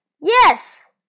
Yes